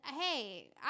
hey